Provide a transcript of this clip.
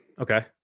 okay